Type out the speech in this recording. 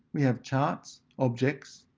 we have charts, objects,